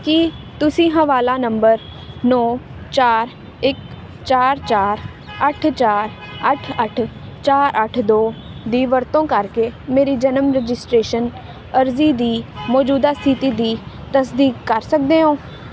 ਕੀ ਤੁਸੀਂ ਹਵਾਲਾ ਨੰਬਰ ਨੌਂ ਚਾਰ ਇੱਕ ਚਾਰ ਚਾਰ ਅੱਠ ਚਾਰ ਅੱਠ ਅੱਠ ਚਾਰ ਅੱਠ ਦੋ ਦੀ ਵਰਤੋਂ ਕਰਕੇ ਮੇਰੀ ਜਨਮ ਰਜਿਸਟ੍ਰੇਸ਼ਨ ਅਰਜ਼ੀ ਦੀ ਮੌਜੂਦਾ ਸਥਿਤੀ ਦੀ ਤਸਦੀਕ ਕਰ ਸਕਦੇ ਹੋ